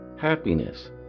happiness